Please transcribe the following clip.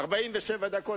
הציבור יזכיר לכם.